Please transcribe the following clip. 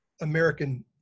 American